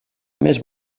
més